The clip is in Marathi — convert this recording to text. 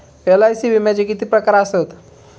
एल.आय.सी विम्याचे किती प्रकार आसत?